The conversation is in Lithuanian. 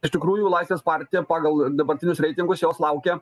iš tikrųjų laisvės partija pagal dabartinius reitingus jos laukia